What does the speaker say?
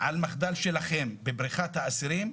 על מחדל שלכם בבריחת האסירים,